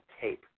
tape